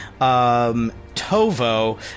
Tovo